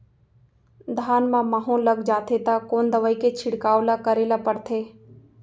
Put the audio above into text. धान म माहो लग जाथे त कोन दवई के छिड़काव ल करे ल पड़थे?